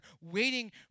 waiting